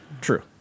True